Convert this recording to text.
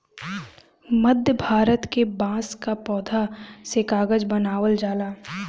मध्य भारत के बांस क पौधा से कागज बनावल जाला